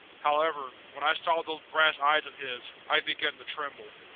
however, when i saw those brass eyes of his, i began to tremble.